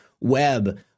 web